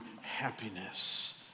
happiness